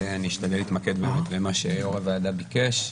אני אשתדל להתמקד באמת במה שיושב-ראש הוועדה ביקש.